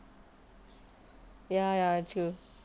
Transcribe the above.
ya ya true